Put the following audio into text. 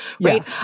right